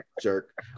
jerk